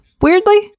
weirdly